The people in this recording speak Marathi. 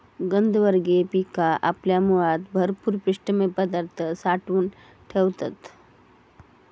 कंदवर्गीय पिका आपल्या मुळात भरपूर पिष्टमय पदार्थ साठवून ठेवतत